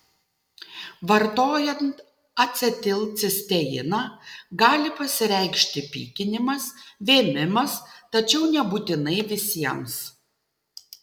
vartojant acetilcisteiną gali pasireikšti pykinimas vėmimas tačiau nebūtinai visiems